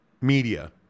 media